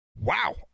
Wow